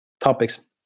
topics